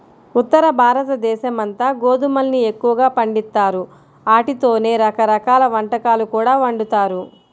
ఉత్తరభారతదేశమంతా గోధుమల్ని ఎక్కువగా పండిత్తారు, ఆటితోనే రకరకాల వంటకాలు కూడా వండుతారు